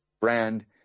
brand